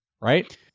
right